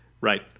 Right